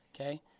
Okay